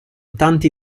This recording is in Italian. tanti